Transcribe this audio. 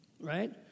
right